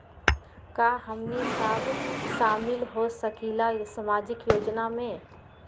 का हमनी साब शामिल होसकीला सामाजिक योजना मे?